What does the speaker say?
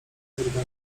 zrobione